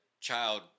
child